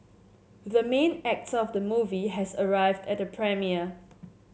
the main actor of the movie has arrived at the premiere